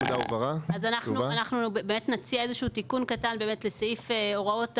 אנחנו באמת נציע איזה שהוא תיקון קטן לסעיף הוראות הרשות,